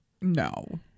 no